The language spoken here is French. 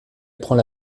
apprend